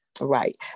Right